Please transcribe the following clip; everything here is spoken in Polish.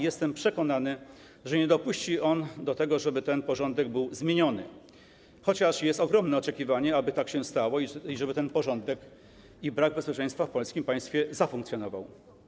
Jestem przekonany, że nie dopuści on do tego, żeby ten porządek był zmieniony, chociaż jest ogromne oczekiwanie, aby tak się stało i żeby ten brak bezpieczeństwa w polskim państwie zafunkcjonował.